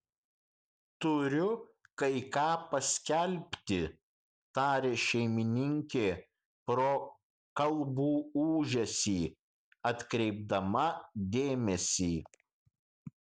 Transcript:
turiu kai ką paskelbti tarė šeimininkė pro kalbų ūžesį atkreipdama dėmesį